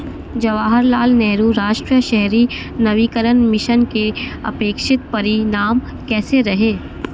जवाहरलाल नेहरू राष्ट्रीय शहरी नवीकरण मिशन के अपेक्षित परिणाम कैसे रहे?